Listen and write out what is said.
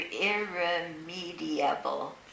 irremediable